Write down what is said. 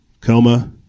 coma